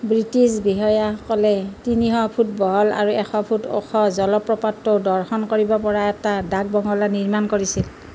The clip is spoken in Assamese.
ব্ৰিটিছ বিষয়াসকলে তিনিশ ফুট বহল আৰু এশ ফুট ওখ জলপ্ৰপাতটো দৰ্শন কৰিব পৰা এটা ডাক বঙলা নিৰ্মাণ কৰিছিল